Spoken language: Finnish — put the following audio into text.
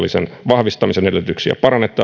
vahvistamisen edellytyksiä